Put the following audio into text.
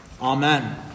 Amen